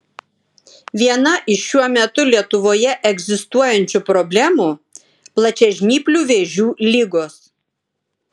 viena iš šiuo metu lietuvoje egzistuojančių problemų plačiažnyplių vėžių ligos